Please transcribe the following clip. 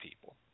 people